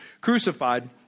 crucified